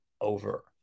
over